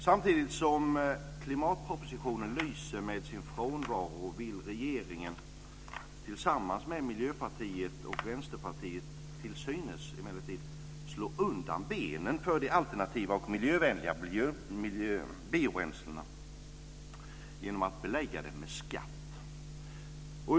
Samtidigt som klimatpropositionen lyser med sin frånvaro vill regeringen tillsammans med Miljöpartiet och Vänsterpartiet till synes emellertid slå undan benen för de alternativa och miljövänliga biobränslena genom att belägga dem med skatt.